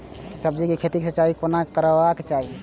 सब्जी के खेतक सिंचाई कोना करबाक चाहि?